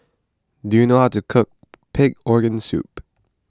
do you know how to cook Pig Organ Soup